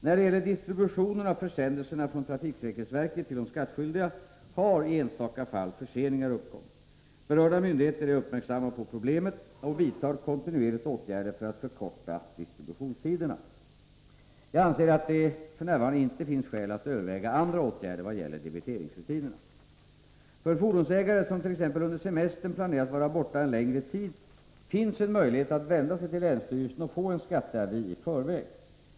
När det gäller distributionen av försändelserna från trafiksäkerhetsverket till de skattskyldiga har i enstaka fall förseningar uppkommit. Berörda myndigheter är uppmärksamma på problemet och vidtar kontinuerligt åtgärder för att förkorta distributionstiderna. Jag anser att det f. n. inte finns skäl att överväga andra åtgärder i vad gäller debiteringsrutinerna. För fordonsägare som t.ex. under semestern planerar att vara borta en längre tid finns en möjlighet att vända sig till länsstyrelsen och få en skatteavi i förväg.